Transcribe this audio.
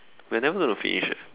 we're never gonna finish eh